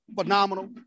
phenomenal